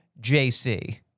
JC